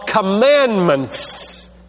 commandments